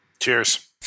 Cheers